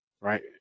Right